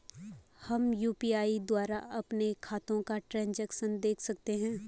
हम यु.पी.आई द्वारा अपने खातों का ट्रैन्ज़ैक्शन देख सकते हैं?